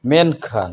ᱢᱮᱱᱠᱷᱟᱱ